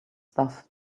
stuff